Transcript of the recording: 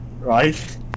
right